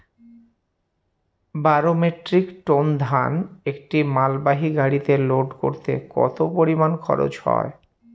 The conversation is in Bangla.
বারো মেট্রিক টন ধান একটি মালবাহী গাড়িতে লোড করতে কতো পরিমাণ খরচা হয়?